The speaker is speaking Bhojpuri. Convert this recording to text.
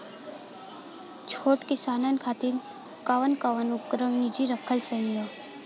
छोट किसानन खातिन कवन कवन उपकरण निजी रखल सही ह?